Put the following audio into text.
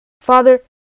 father